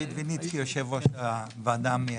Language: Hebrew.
אני יושב-ראש הוועדה המייעצת.